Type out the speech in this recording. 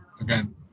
again